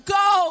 go